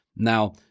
Now